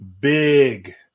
big